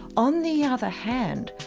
on the other hand,